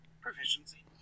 proficiency